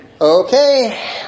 Okay